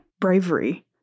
bravery